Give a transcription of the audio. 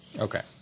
Okay